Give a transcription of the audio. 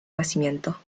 nacimiento